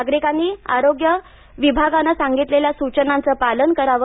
नागरिकांनी आरोग्य विभागानं सांगितलेल्या सूचनांचं पालन करावं